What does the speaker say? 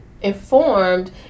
informed